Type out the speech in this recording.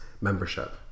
membership